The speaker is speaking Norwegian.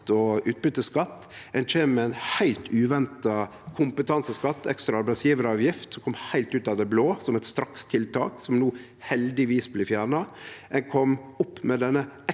og utbyteskatt. Ein kjem med ein heilt uventa kompetanseskatt – ekstra arbeidsgjevaravgift – som kom heilt ut av det blå som eit strakstiltak, som no heldigvis blir fjerna. Ein kom opp med exit-skatten